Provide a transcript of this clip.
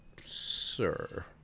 sir